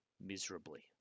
miserably